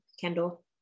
Kendall